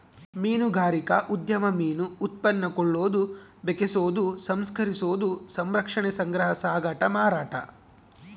ಮೀನುಗಾರಿಕಾ ಉದ್ಯಮ ಮೀನು ಉತ್ಪನ್ನ ಕೊಳ್ಳೋದು ಬೆಕೆಸೋದು ಸಂಸ್ಕರಿಸೋದು ಸಂರಕ್ಷಣೆ ಸಂಗ್ರಹ ಸಾಗಾಟ ಮಾರಾಟ